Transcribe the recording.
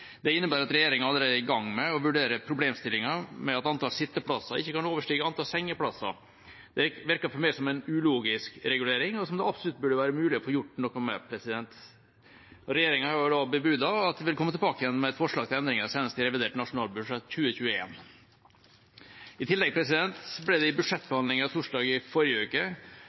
Det innebærer at regjeringa allerede er i gang med å vurdere problemstillingen med at antall sitteplasser ikke kan overstige antall sengeplasser. Det virker for meg som en ulogisk regulering som det absolutt burde være mulig å få gjort noe med. Regjeringa har bebudet at den vil komme tilbake med et forslag til endringer senest i revidert nasjonalbudsjett 2021. I tillegg ble det i budsjettforhandlinger torsdag i forrige uke